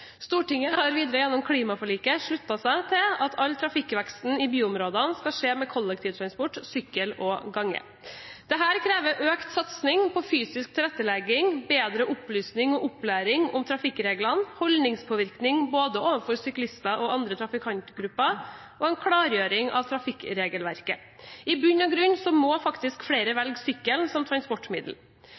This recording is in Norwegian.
Stortinget har videre gjennom klimaforliket sluttet seg til at all trafikkvekst i byområdene skal skje med kollektivtransport, sykkel og gange. Det krever økt satsing på fysisk tilrettelegging, bedre opplysning og opplæring om trafikkreglene, holdningspåvirkning overfor både syklister og andre trafikantgrupper og en klargjøring av trafikkregelverket. I bunn og grunn må faktisk flere velge sykkel som transportmiddel.